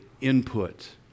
input